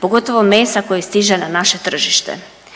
pogotovo mesa koji stiže na naše tržište.